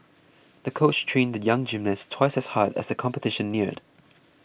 the coach trained the young gymnast twice as hard as the competition neared